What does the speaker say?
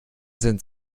sind